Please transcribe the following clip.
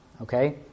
okay